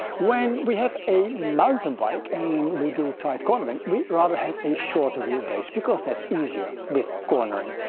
when we have a mountain bike and we do tight cornering we rather have a shorter wheelbase because that's easier with cornering.